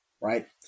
Right